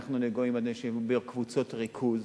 אנחנו נגועים בקבוצות ריכוז